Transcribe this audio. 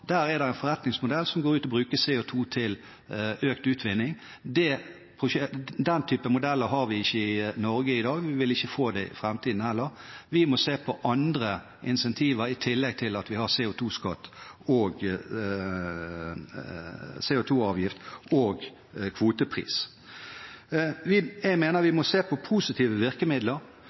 er det en forretningsmodell som går ut på å bruke CO2 til økt utvinning. Den type modeller har vi ikke i Norge i dag. Vi vil ikke få det i framtiden heller. Vi må se på andre incentiver, i tillegg til CO2-avgift og kvotepris. Jeg mener vi må se på positive virkemidler, som støtte til bygging av CO2-fangst og -lagring og